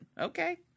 okay